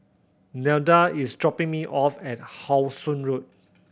Nelda is dropping me off at How Sun Road